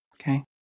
Okay